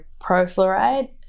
pro-fluoride